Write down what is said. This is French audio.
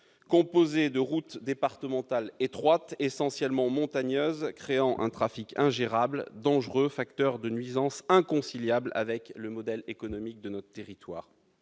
composé de routes départementales étroites, essentiellement montagneuses, créant un trafic ingérable et dangereux, facteur de nuisances inconciliables avec le modèle économique de nos territoires.